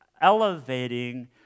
elevating